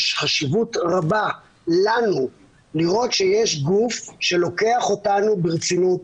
יש חשיבות רבה לנו לראות שיש גוף שלוקח אותנו ברצינות,